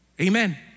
Amen